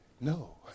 No